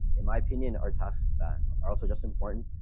in my opinion, are tasks that are also just important.